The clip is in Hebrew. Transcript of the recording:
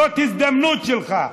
זאת ההזדמנות שלך.